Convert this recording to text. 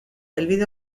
helbide